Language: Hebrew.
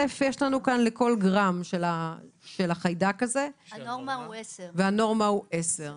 חיידקים לכל גרם כשהנורמה היא 10,